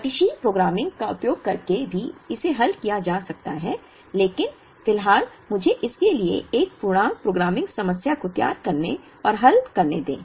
गतिशील प्रोग्रामिंग का उपयोग करके भी इसे हल किया जा सकता है लेकिन फिलहाल मुझे इसके लिए एक पूर्णांक प्रोग्रामिंग समस्या को तैयार करने और हल करने दें